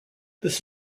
this